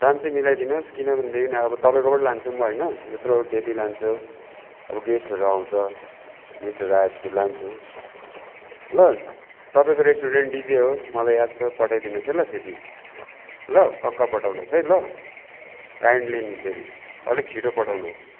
दाम चाहिँ मिलाइदिनुहोस् किनभनेदेखि अब तपाईँकोबाटै लान्छु म होइन यत्रो डेली लान्छु अब गेस्टहरू आउँछ गेस्टहरू आएपछि लान्छु ल तपाईँको रेस्टुरेन्ट डिजे हो मलाई याद छ पठाइदिनुहोस् है ल त्यति ल पक्का पठाउनुहोस् है ल काइन्डली नि फेरि अलिक छिटो पठाउनुहोस्